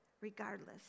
regardless